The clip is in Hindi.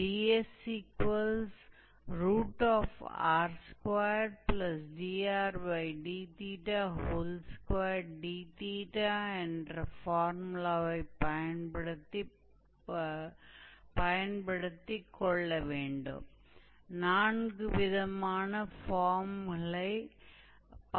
तो हमें दिए गए समीकरण के आधार पर हम किसी एक फोर्मूले का उपयोग कर सकते हैं